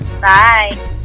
bye